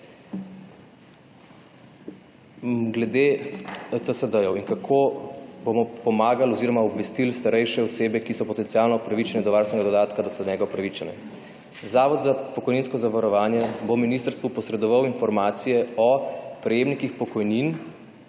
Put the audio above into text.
Glede CSD in kako bomo pomagali oziroma obvestili starejše osebe, ki so potencialno upravičene do varstvenega dodatka, da so do njega upravičene. Zavod za pokojninsko zavarovanje bo Ministrstvu posredoval informacije o prejemnikih pokojnin